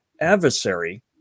adversary